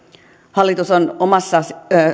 hallitus on omassa